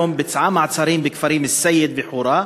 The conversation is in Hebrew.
אלא המשטרה היום ביצעה מעצרים בכפרים אלסייד וחורה,